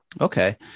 Okay